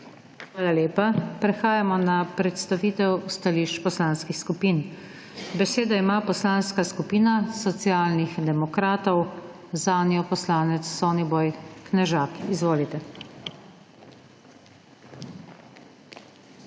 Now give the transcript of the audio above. Hvala lepa. Prehajamo na predstavitev stališč poslanskih skupin. Besedo ima Poslanska skupina Socialnih demokratov, zanjo poslanec Soniboj Knežak. Izvolite.